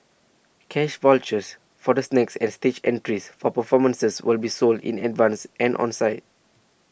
cash vouchers for the snacks and stage entries for performances will be sold in advance and on site